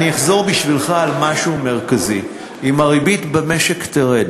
אני אחזור בשבילך על משהו מרכזי: אם הריבית במשק תרד